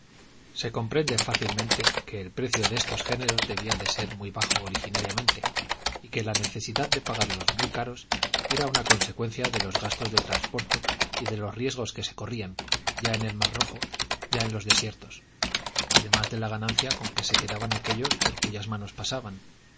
se comprende fácilmente que el precio de estos géneros debía de ser muy bajo originariamente y que la necesidad de pagarlos muy caros era una consecuencia de los gastos de transporte y de los riesgos que se corrían ya en el mar rojo ya en los desiertos además de la ganancia con que se quedaban aquellos por cuyas manos pasaban